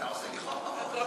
אתה עושה לי חור בראש.